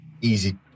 easy